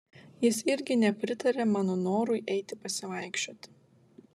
jis irgi nepritarė mano norui eiti pasivaikščioti